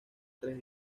tres